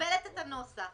מסרבלת את הנוסח